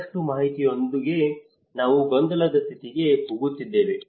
ಬಹಳಷ್ಟು ಮಾಹಿತಿಯೊಂದಿಗೆ ನಾವು ಗೊಂದಲದ ಸ್ಥಿತಿಗೆ ಹೋಗುತ್ತಿದ್ದೇವೆ